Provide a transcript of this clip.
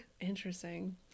Interesting